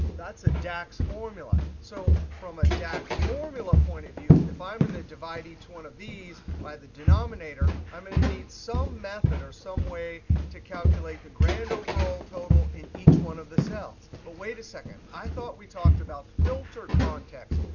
that's a dax formula. so from a dax formula point of view, if i'm going to ah divide each one of these by the denominator, i'm going to need some method or some way to calculate the grand overall total in each one of the cells. but wait a second. i thought we talked about filter context,